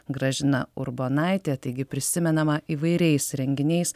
gražina urbonaitė taigi prisimenama įvairiais renginiais